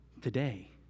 Today